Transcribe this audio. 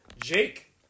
Jake